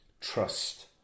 trust